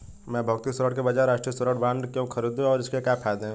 मैं भौतिक स्वर्ण के बजाय राष्ट्रिक स्वर्ण बॉन्ड क्यों खरीदूं और इसके क्या फायदे हैं?